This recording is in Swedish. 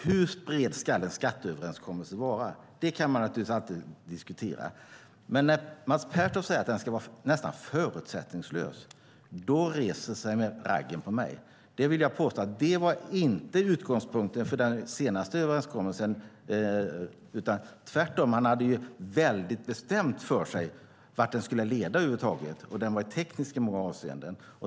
Hur bred en skatteöverenskommelse ska vara kan alltid diskuteras. När Mats Pertoft säger att översynen ska vara förutsättningslös reser sig raggen på mig. Jag vill påstå att det inte var utgångspunkten för den senaste överenskommelsen. Tvärtom hade man väldigt bestämt för sig vart den skulle leda över huvud taget i tekniska och många andra avseenden.